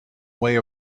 way